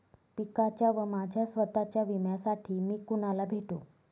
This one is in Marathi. पिकाच्या व माझ्या स्वत:च्या विम्यासाठी मी कुणाला भेटू?